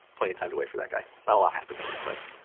plenty of time to wait for that guy not a lot happens in these plays.